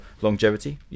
longevity